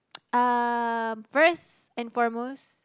um first and foremost